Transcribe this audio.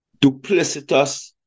duplicitous